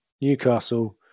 Newcastle